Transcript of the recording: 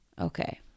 Okay